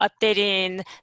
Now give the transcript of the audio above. updating